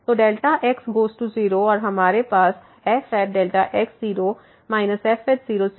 तो x goes to 0 है और हमारे पास fΔx0 f00Δxहै